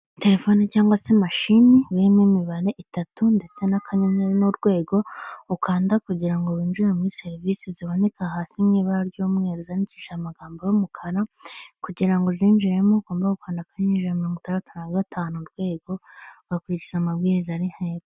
Telefone cyangwa se mashini birimo imibare itatu ndetse n'akanyenyeri n'urwego ukanda kugira ngo winjire muri serivisi ziboneka hasi mu ibara ry'umweru zandikishije amagambo y'umukara kugira ngo uzinjiremo ugomba gukanda akanyenyeri ijana na mirongo itandatu n'agatanu urwego ugakurikiza amabwiriza ari hepfo.